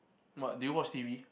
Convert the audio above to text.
but do you watch T_V